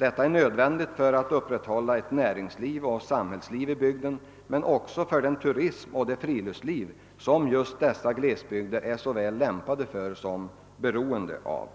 Detta är nödvändigt för att upprätthålla ett näringsliv och ett samhällsliv i bygden men också för den turism och det friluftsliv som just dessa glesbygder är såväl lämpade för som beroende av.